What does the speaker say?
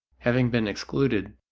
having been excluded,